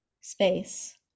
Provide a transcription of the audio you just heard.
space